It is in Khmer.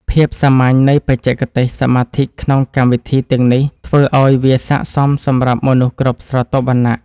ភាពសាមញ្ញនៃបច្ចេកទេសសមាធិក្នុងកម្មវិធីទាំងនេះធ្វើឱ្យវាស័ក្តិសមសម្រាប់មនុស្សគ្រប់ស្រទាប់វណ្ណៈ។